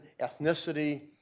ethnicity